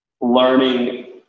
learning